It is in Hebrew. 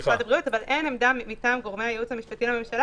אין עמדה מטעם גורמי הייעוץ המשפטי לממשלה